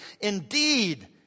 Indeed